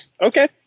Okay